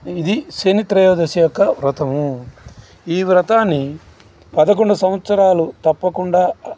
ఇది శనిత్రయోదశి యొక్క వ్రతము ఈ వ్రతాన్ని పదకొండు సంవత్సరాలు తప్పకుండా